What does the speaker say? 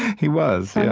he was, yeah.